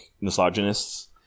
misogynists